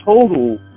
total